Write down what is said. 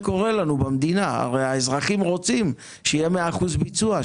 הרי האזרחים רוצים שיהיה 100% ביצוע,